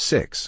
Six